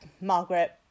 Margaret